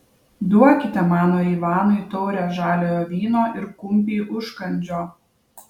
duokite mano ivanui taurę žaliojo vyno ir kumpį užkandžio